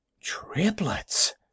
Triplets